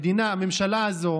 הממשלה הזו